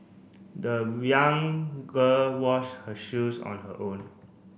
the young girl washed her shoes on her own